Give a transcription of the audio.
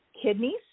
kidneys